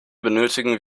benötigen